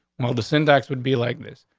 well, the syntax would be like this.